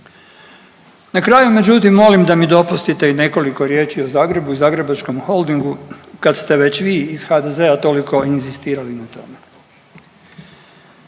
Na kraju međutim molim da mi dopustite i nekoliko riječi o Zagrebu i Zagrebačkom holdingu kad ste već vi iz HDZ-a toliko inzistirali o tome.